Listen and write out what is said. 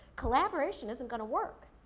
collaboration isn't gonna work.